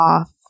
off